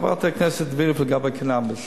חברת הכנסת וילף, לגבי קנאביס,